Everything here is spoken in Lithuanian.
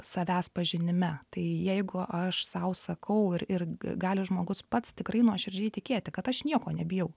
savęs pažinime tai jeigu aš sau sakau ir ir gali žmogus pats tikrai nuoširdžiai tikėti kad aš nieko nebijau